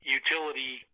utility